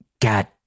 God